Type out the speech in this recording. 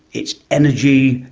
it's energy,